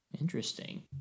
interesting